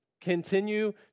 continue